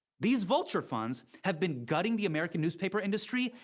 these vulture funds have been gutting the american newspaper industry,